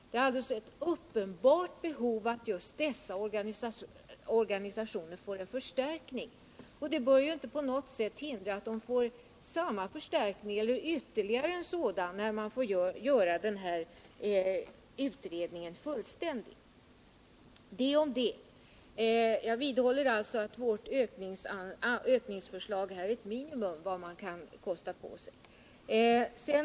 Det finns alltså ett uppenbart behov av att just dessa organisationer får en förstärkning. Och detta bör inte på något sätt hindra att de får samma förstärkning eller ytterligare en sådan när den fullständiga översynen är klar. Jag vidhåller alltså att vårt ökningsförslag är ett minimum för vad man kan kosta på sig.